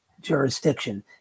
jurisdiction